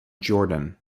jordan